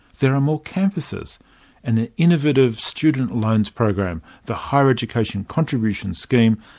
there are more campuses, and an innovative student loans program, the higher education contribution scheme,